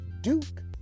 Duke